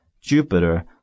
Jupiter